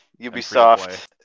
Ubisoft